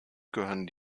gehören